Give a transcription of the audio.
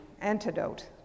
antidote